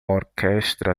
orquestra